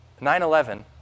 9-11